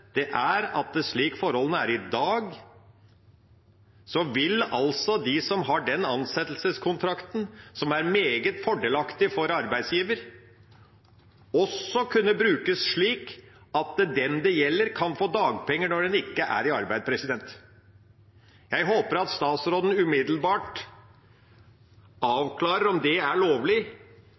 mars, er at slik forholdene er i dag, vil de som har den ansettelseskontrakten, som er meget fordelaktig for arbeidsgiver, også kunne brukes slik at den det gjelder, kan få dagpenger når en ikke er i arbeid. Jeg håper at statsråden umiddelbart avklarer om det er lovlig,